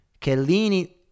Kellini